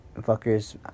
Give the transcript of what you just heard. fuckers